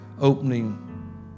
opening